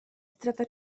strata